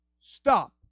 stop